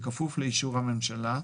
בכפוף לאישור הממשלה,